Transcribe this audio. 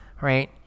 right